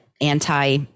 anti